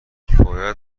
باید